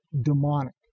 demonic